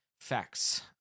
facts